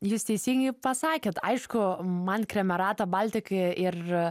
jūs teisingai pasakėt aišku man kremerata baltika ir